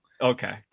Okay